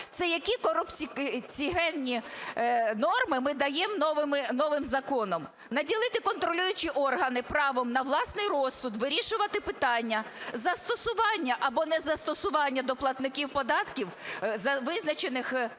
Це які корупціогенні норми ми даємо новим законом! Наділити контролюючі органи правом на власний розсуд вирішувати питання застосування або незастосування до платників податків визначених